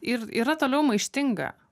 ir yra toliau maištinga